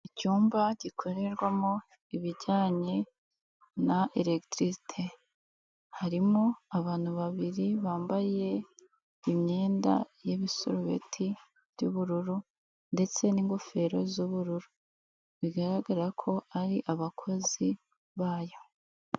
Icyumba gikorerwamo ibijyanye na erekitirisite. Harimo abantu babiri bambaye imyenda y'ibisurubeti by'ubururu ndetse n'ingofero z'ubururu. Bigaragara ko ari abakozi bayo.